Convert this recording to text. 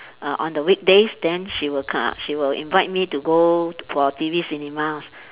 uh on the weekdays then she will come she will invite me to go for T_V cinemas